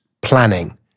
planning